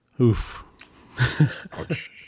Oof